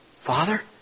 Father